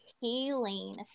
healing